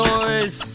Noise